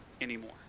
anymore